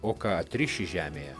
o ką atriši žemėje